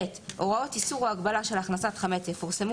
הוראות איסור או הגבלה של הכנסת חמץ יפורסמו